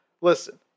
Listen